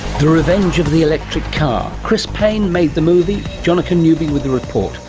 the revenge of the electric car. chris paine made the movie, jonica newby with the report.